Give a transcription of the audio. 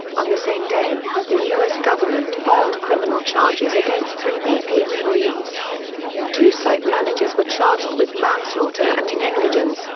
on the same day, the us government filed criminal charges against three bp employees two site managers were charged with manslaughter and negligence,